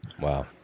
Wow